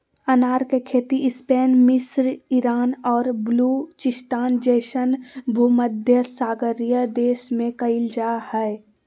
अनार के खेती स्पेन मिस्र ईरान और बलूचिस्तान जैसन भूमध्यसागरीय देश में कइल जा हइ